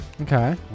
Okay